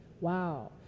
Wow